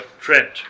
trend